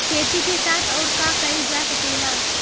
खेती के साथ अउर का कइल जा सकेला?